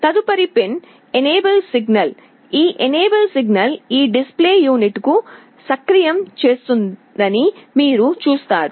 తదుపరి pin enable signal ఈ enable signal ఈ డిస్ప్లే యూనిట్ ను సక్రియం చేస్తుందని మీరు చూస్తారు